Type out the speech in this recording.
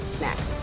Next